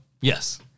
Yes